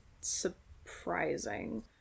surprising